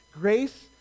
Grace